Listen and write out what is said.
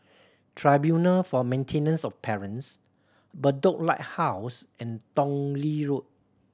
Tribunal for Maintenance of Parents Bedok Lighthouse and Tong Lee Road